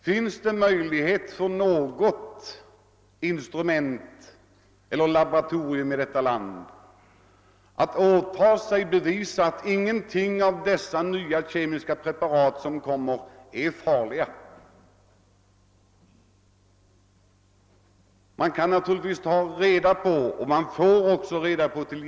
Finns det möjlighet för någon instans eller något laboratorium i detta land att åta sig att bevisa att alla dessa nya kemiska preparat i alla avseenden är ofarliga?